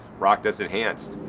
rock dust enhanced.